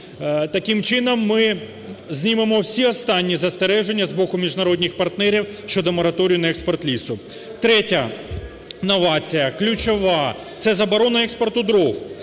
Таким чином, ми знімемо всі останні застереження з боку міжнародних партнерів щодо мораторію на експорт лісу. Третя новація, ключова – це заборона експорту дров.